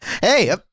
Hey